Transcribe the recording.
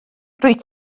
rwyt